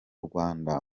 rwanda